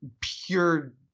pure